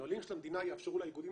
הנהלים של המדינה יאפשרו לאיגודים